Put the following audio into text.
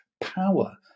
power